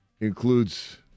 includes